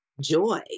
joy